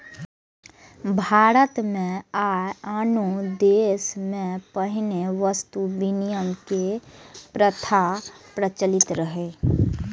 भारत मे आ आनो देश मे पहिने वस्तु विनिमय के प्रथा प्रचलित रहै